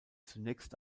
zunächst